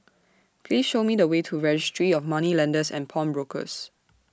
Please Show Me The Way to Registry of Moneylenders and Pawnbrokers